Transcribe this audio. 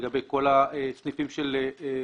לגבי כל הסניפים של מכבי,